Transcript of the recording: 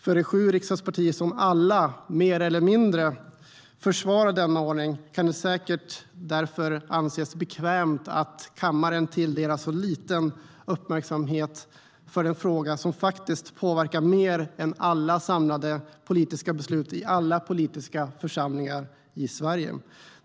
För de sju riksdagspartier som alla mer eller mindre försvarar denna ordning kan det därför säkert anses bekvämt att kammaren tilldelar så lite uppmärksamhet till den fråga som faktiskt påverkar mer än alla politiska beslut i alla politiska församlingar i Sverige.